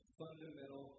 fundamental